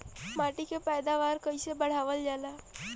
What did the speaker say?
माटी के पैदावार कईसे बढ़ावल जाला?